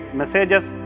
messages